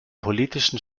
politischen